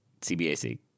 cbac